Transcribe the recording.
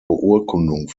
beurkundung